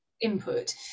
input